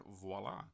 voila